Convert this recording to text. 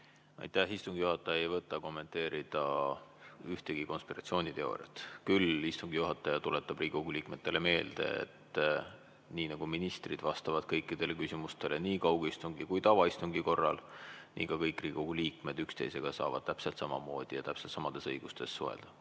Aitäh! Istungi juhataja ei võta kommenteerida ühtegi konspiratsiooniteooriat, küll tuletab istungi juhataja Riigikogu liikmetele meelde, et nii nagu ministrid vastavad kõikidele küsimustele nii kaugistungi kui ka tavaistungi korral, nii ka kõik Riigikogu liikmed saavad üksteisega täpselt samamoodi ja täpselt samades õigustes suhelda.